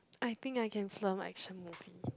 I think I can film action movie